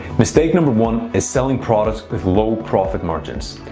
mistake number one is selling products with low profit margins.